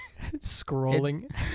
scrolling